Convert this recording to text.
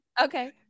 Okay